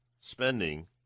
spending